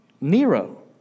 Nero